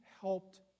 helped